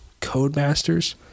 Codemasters